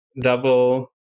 double